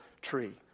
tree